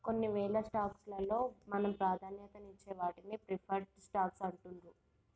కొన్నివేల స్టాక్స్ లలో మనం ప్రాధాన్యతనిచ్చే వాటిని ప్రిఫర్డ్ స్టాక్స్ అంటుండ్రు